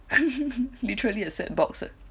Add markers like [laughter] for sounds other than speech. [laughs] literally a sad box eh